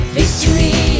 victory